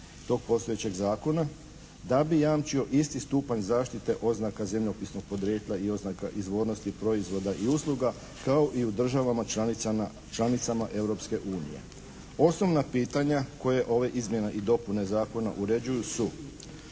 tog postojećeg zakona, da bi jamčio isti stupanj zaštite oznaka zemljopisnog podrijetla i oznaka izvornosti proizvoda i usluga kao i u državama članicama Europske unije. Osnovna pitanja koje ove izmjene i dopune zakona uređuju su: